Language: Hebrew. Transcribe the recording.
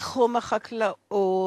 בתחומי החקלאות,